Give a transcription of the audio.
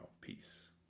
Peace